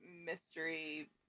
mystery